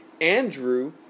Andrew